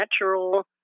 natural